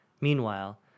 Meanwhile